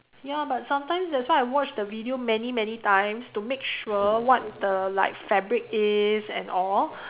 ya but sometimes that's why I watch the video many many times to make sure what the like fabric is and all